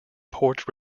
port